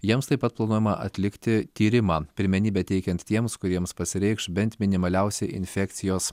jiems taip pat planuojama atlikti tyrimą pirmenybę teikiant tiems kuriems pasireikš bent minimaliausi infekcijos